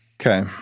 Okay